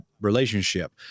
relationship